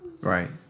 Right